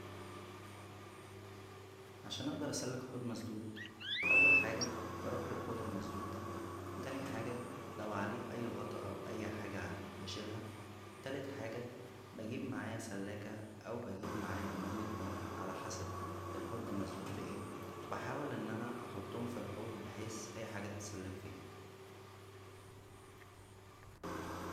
عشان اقدر اسلك حوض مسدود اول حاجه بروح للحوض المسدود دا تانى حاجه لو عليه اى غطا او اى حاجه عليه بشيلها تالت حاجه بججيب معايا سلاكه او بجيب معايا مياة نار على حسب الحوض مسدود ب ايه واحاول ان انا احطهم فالحوض بحيث اى حاجه تتسلك فيه